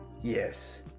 yes